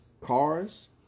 cars